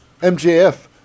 MJF